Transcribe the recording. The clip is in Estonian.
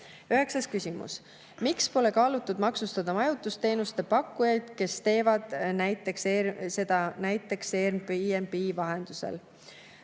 Üheksas küsimus: "Miks pole kaalutud maksustada majutusteenuste pakkujaid, kes teevad seda näiteks Airbnb vahendusel?"